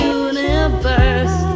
universe